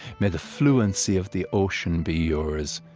may the fluency of the ocean be yours,